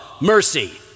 mercy